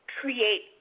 create